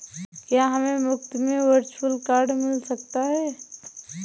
क्या हमें मुफ़्त में वर्चुअल कार्ड मिल सकता है?